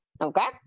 okay